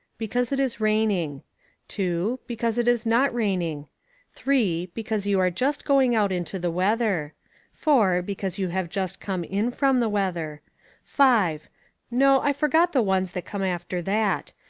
because it is raining two, because it is not raining three, because you are just going out into the weather four, because you have just come in from the weather five no, i forget the ones that come after that.